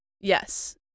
yes